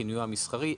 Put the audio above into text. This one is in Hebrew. כינויו המסחרי,